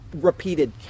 repeated